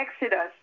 Exodus